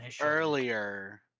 earlier